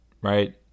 right